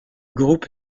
groupe